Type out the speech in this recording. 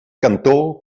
cantor